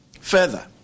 Further